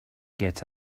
get